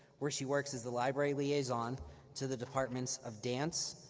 where she works as the library liaison to the departments of dance,